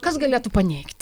kas galėtų paneigti